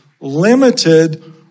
limited